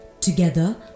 Together